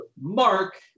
Mark